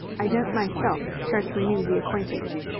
i don't myself care to renew the acquaintance.